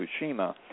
Fukushima